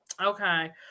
Okay